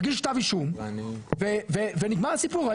מגיש כתב אישום ונגמר הסיפור,